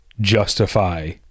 justify